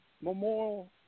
memorial